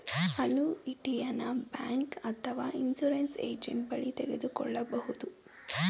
ಅನುಯಿಟಿಯನ bank ಅಥವಾ insurance agent ಬಳಿ ತೆಗೆದುಕೊಳ್ಳಬಹುದು